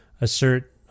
assert